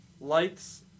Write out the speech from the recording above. lights